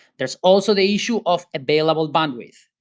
there's also the issue of available bandwidth,